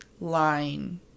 line